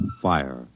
Fire